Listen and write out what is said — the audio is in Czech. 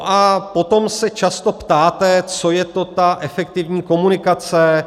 A potom se často ptát, co je to ta efektivní komunikace.